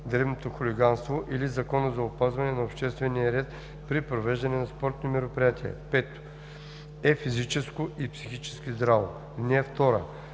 дребното хулиганство или Закона за опазване на обществения ред при провеждането на спортни мероприятия; 5. е физически и психически здраво. (2) Когато